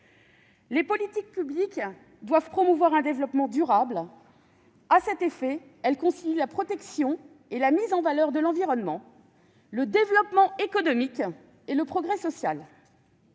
Les politiques publiques doivent promouvoir un développement durable. À cet effet, elles concilient la protection et la mise en valeur de l'environnement, le développement économique et le progrès social.